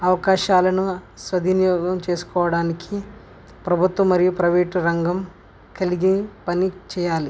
అవకాశాలను సద్వినియోగం చేసుకోవడానికి ప్రభుత్వం మరియు ప్రైవేటు రంగం కలిసి పని చెయ్యాలి